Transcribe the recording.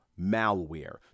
malware